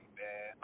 man